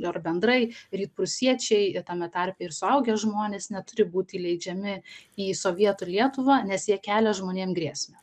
ar bendrai rytprūsiečiai tame tarpe ir suaugę žmonės neturi būti įleidžiami į sovietų lietuvą nes jie kelia žmonėm grėsmę